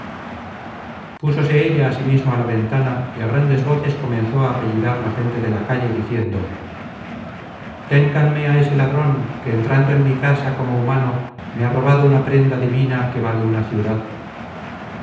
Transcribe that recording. púsose ella asimismo á la ventana y á grandes voces comenzó á apellidar la gente de la calle diciendo ténganme á ese ladron que entrando en mi casa como humano me ha robado una prenda divina que vale una ciudad